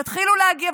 תתחילו להגיע,